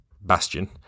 Bastion